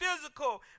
physical